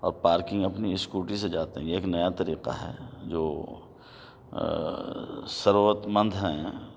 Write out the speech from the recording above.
اب پارکنگ اپنی اسکوٹی سے جاتے ہیں یہ ایک نیا طریقہ ہے جو ثروت مند ہیں